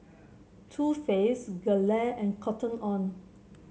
Too Faced Gelare and Cotton On